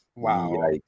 Wow